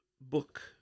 book